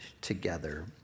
together